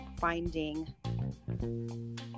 finding